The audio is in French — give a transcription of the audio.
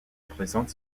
présente